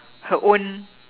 her own